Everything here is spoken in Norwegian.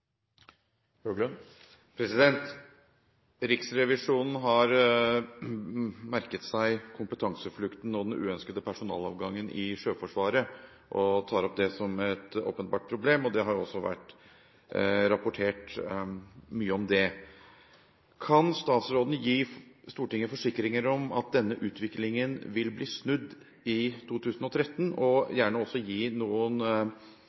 Riksrevisjonen har merket seg kompetanseflukten og den uønskede personalavgangen i Sjøforsvaret og tar det opp som et åpenbart problem. Det har også vært rapportert mye om det. Kan statsråden gi Stortinget forsikringer om at denne utviklingen vil bli snudd i 2013, og gjerne også gi Stortinget noen